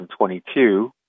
2022